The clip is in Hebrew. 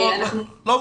לא מפספסים,